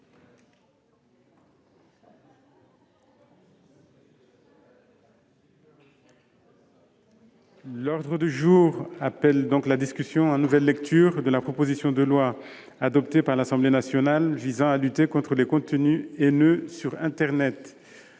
L'ordre du jour appelle la discussion, en nouvelle lecture, de la proposition de loi, adoptée par l'Assemblée nationale en nouvelle lecture, visant à lutter contre les contenus haineux sur internet